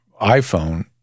iPhone